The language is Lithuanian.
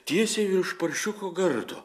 tiesiai virš paršiuko gardo